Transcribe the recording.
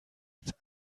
als